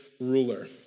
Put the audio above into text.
ruler